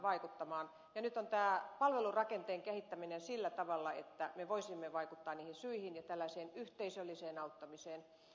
nyt on tämä palvelurakenteen kehittäminen tavoitteena sillä tavalla että me voisimme vaikuttaa niihin syihin ja tällaiseen yhteisölliseen auttamiseen